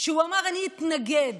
הוא אמר: אני אתנגד.